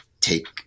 take